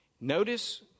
Notice